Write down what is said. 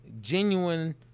genuine